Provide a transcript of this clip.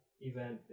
event